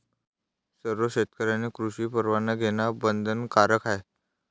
सर्व शेतकऱ्यांनी कृषी परवाना घेणे बंधनकारक आहे